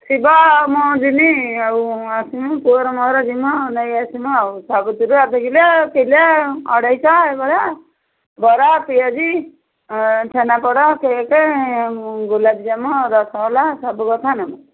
ଥିବ ମୁଁ ଜିବି ଆଉ ଆସିବୁ ପୁଅର ମୋର ଯିବୁ ନେଇ ଆସିବୁ ଆଉ ସବୁଥିରୁ ଅଧ କିଲୋ କିଲୋ ଅଢ଼େଇଶହ ଏଭଳିଆ ବରା ପିଆଜି ଛେନାପୋଡ଼ କେକ୍ ଗୋଲାପଜାମୁ ରସଗୋଲା ସବୁ କଥା ନେବୁ